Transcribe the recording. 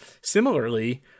similarly